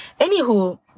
Anywho